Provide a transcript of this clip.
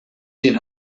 den